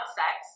sex